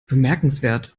bemerkenswert